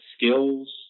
skills